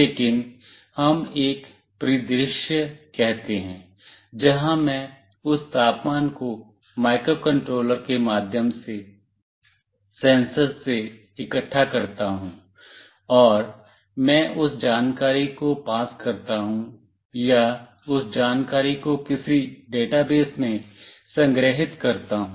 लेकिन हम एक परिदृश्य कहते हैं जहां मैं उस तापमान को माइक्रोकंट्रोलर के माध्यम से सेंसर से इकट्ठा करता हूं और मैं उस जानकारी को पास करता हूं या उस जानकारी को किसी डेटाबेस में संग्रहीत करता हूं